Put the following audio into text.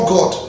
God